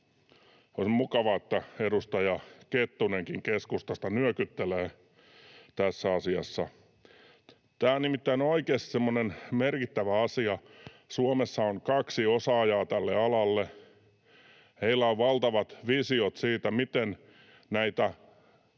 On mukavaa, että edustaja Kettunenkin keskustasta nyökyttelee tässä asiassa. Tämä on nimittäin oikeasti semmoinen merkittävä asia. Suomessa on kaksi osaajaa tälle alalle. Heillä on valtavat visiot siitä, miten